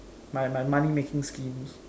my my money making schemes